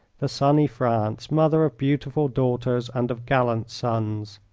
the sunny france, mother of beautiful daughters and of gallant sons.